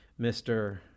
Mr